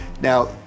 Now